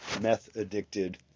meth-addicted